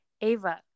ava